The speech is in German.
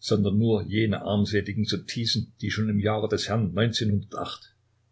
sondern nur jene armseligen sottisen die schon im jahre des herrn